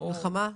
מלחמה.